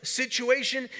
situation